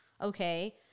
okay